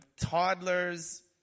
toddler's